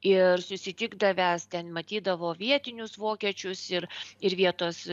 ir susitikdavęs ten matydavo vietinius vokiečius ir ir vietos